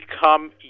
become